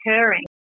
occurring